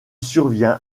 survient